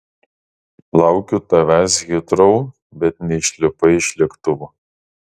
laukiau tavęs hitrou bet neišlipai iš lėktuvo